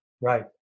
Right